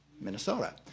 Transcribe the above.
Minnesota